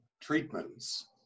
treatments